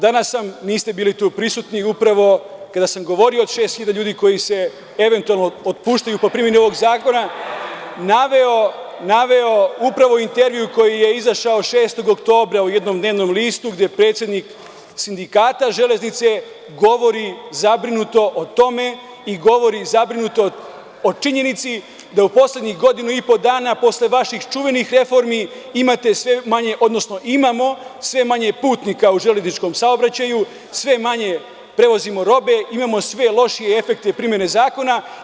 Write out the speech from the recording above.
Danas, niste bili prisutni, upravo kada sam govorio o 6000 ljudi koji se eventualno otpuštaju po primeni ovog zakona, naveo upravo intervju koji je izašao 6. oktobra u jednom dnevnom listu, gde predsednik sindikata „Železnice“ govori zabrinuto o tome i govori zabrinuto o činjenici da u poslednjih godinu i po dana, posle vaših čuvenih reformi imate sve manje, odnosno imamo sve manje putnika u železničkom saobraćaju, sve manje prevozimo robe, imamo sve lošije efekte primene zakona.